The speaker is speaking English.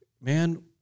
Man